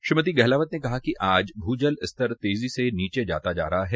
श्रीमती गहलावत ने कहा कि आज भूजल स्तर तेजी से नीचे जाता जा रहा है